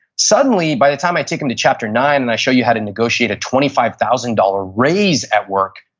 suddenly by the time i take them to chapter nine and i show you how to negotiate a twenty five thousand dollars raise at work,